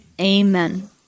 Amen